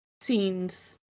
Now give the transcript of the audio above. scenes